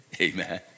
Amen